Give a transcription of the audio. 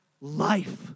life